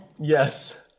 Yes